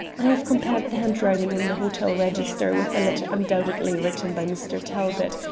i have compared the handwriting in the hotel register with a letter undoubtedly written by mr. talbot,